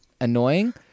annoying